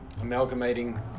amalgamating